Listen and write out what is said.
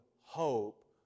hope